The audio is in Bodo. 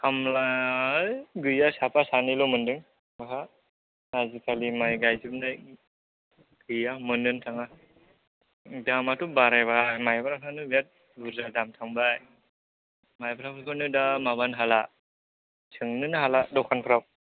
खामला है गैया साफा सानैल' मोनदों बहा आजिखालि माइ गायजोबनाय गैया मोन्नोनो थाङा दामाथ' बारायबाय माइब्राफ्रानो बिराथ बुरजा दाम थांबाय माइब्राफोरखौनो दा माबानोनो हाला सोंनोनो हाला दखानफ्राव